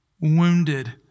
Wounded